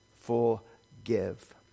forgive